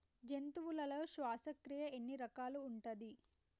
జంతువులలో శ్వాసక్రియ ఎన్ని రకాలు ఉంటది?